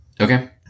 Okay